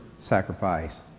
sacrifice